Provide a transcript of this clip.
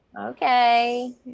Okay